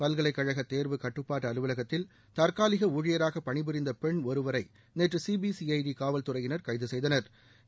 பல்கலைக்கழக தேர்வு கட்டுப்பாட்டு அலுவலகத்தில் தற்காலிக ஊழியராக பணிபுரிந்த பெண் ஒருவரை நேற்று C B C I D காவல்துறையினா் கைது செய்தனா்